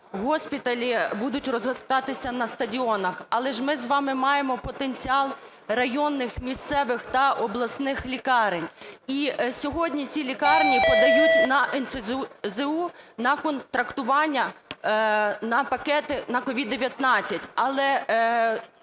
госпіталі будуть розгортатися на стадіонах. Але ж ми з вами маємо потенціал районних, місцевих та обласних лікарень. І сьогодні ці лікарні подають на НСЗУ на контрактування на пакети на COVID-19.